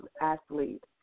athlete